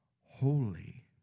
holy